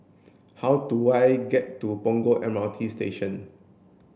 how do I get to Punggol M R T Station